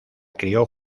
crio